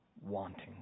wanting